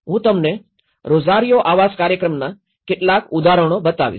હું તમને રોઝારિયો આવાસ કાર્યક્રમના કેટલાક ઉદાહરણો બતાવીશ